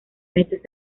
meses